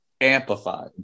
amplified